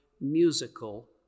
musical